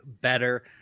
better